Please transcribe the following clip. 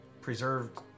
preserved